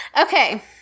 Okay